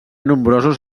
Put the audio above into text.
nombrosos